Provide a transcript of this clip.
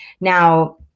Now